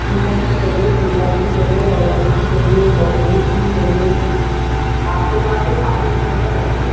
शीशम की चाहिए पीपल की चाहिए बबूल की चाहिए बम्बूली की भी चाहिए आपके पास तो सारी एवेलेबल होंगी